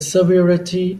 severity